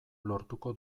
lortuko